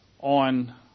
on